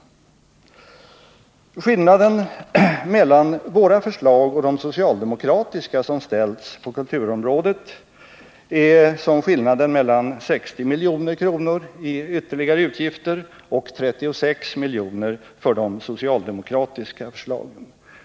Det är en skillnad på 24 milj.kr. mellan våra förslag och de socialdemokratiska förslagen på kulturområdet — 60 milj.kr. i ytterligare utgifter enligt våra förslag och 36 milj.kr. enligt de socialdemokratiska förslagen.